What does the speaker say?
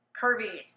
curvy